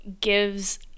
gives